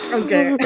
okay